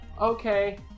Okay